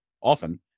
often